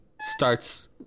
starts